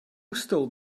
stole